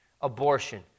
abortion